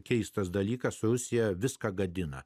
keistas dalykas rusija viską gadina